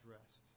rest